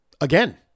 Again